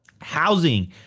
housing